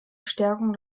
stärkung